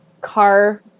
car